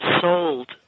sold